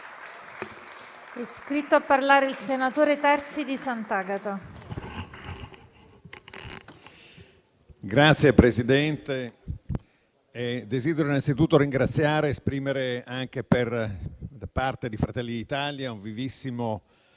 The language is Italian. Signor Presidente, desidero innanzitutto ringraziare ed esprimere, anche da parte di Fratelli d'Italia, un vivissimo